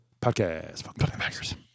Podcast